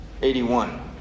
81